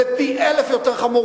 זה פי-אלף יותר חמור,